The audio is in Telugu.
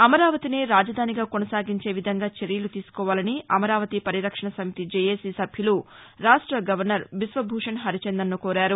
అమరావతినే రాజధానిగా కొనసాగించే విధంగా చర్యలు తీసుకోవాలని అమరావతి పరిరక్షణ సమితి జేఏసీ సభ్యులు రాష్ట్ర గవర్నర్ బిశ్వభూషణ్ హరిచందన్ను కోరారు